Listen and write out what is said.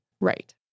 Right